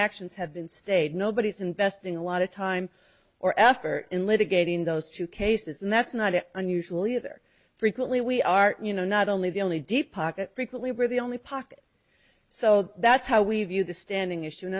actions have been stated nobody is investing a lot of time or effort in litigating those two cases and that's not it unusual either frequently we are you know not only the only deep pocket frequently we're the only poc so that's how we view the standing issue and